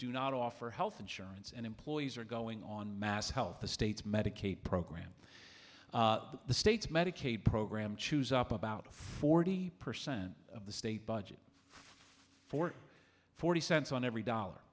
do not offer health insurance and employees are going on mass health the state's medicaid program the state's medicaid program chews up about forty percent of the state budget for forty cents on every dollar